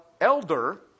elder